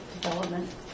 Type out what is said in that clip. development